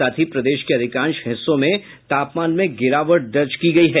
साथ ही प्रदेश के अधिकांश हिस्सों में तापमान में गिरावट दर्ज की गयी है